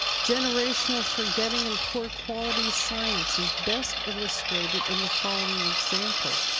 generational forgetting and poor quality science is best illustrated in the following example.